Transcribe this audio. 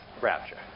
rapture